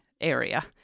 area